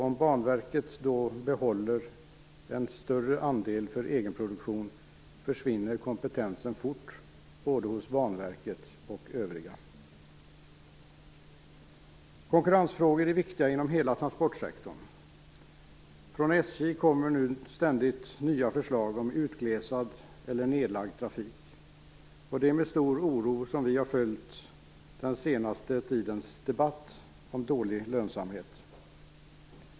Om Banverket då behåller en allt större andel för egenproduktion försvinner kompetensen fort, hos både Banverket och övriga. Konkurrensfrågor är viktiga inom hela transportsektorn. Från SJ kommer nu ständigt nya förslag om utglesad eller nedlagd trafik. Det är med stor oro som vi följt den senaste tidens debatt om dålig lönsamhet.